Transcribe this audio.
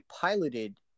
piloted